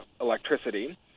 electricity